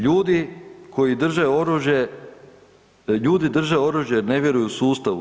Ljudi koji drže oružje, ljudi drže oružje jer ne vjeruju sustavu.